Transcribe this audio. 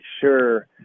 sure